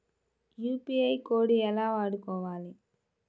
UPI code ఎలా వాడుకోవాలి?